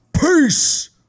Peace